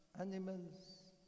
animals